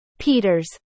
Peters